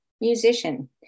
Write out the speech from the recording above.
musician